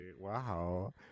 Wow